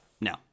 no